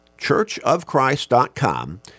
churchofchrist.com